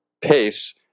pace